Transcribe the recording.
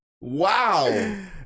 Wow